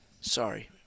sorry